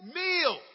meal